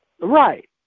Right